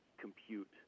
compute